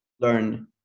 learn